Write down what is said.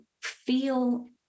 feel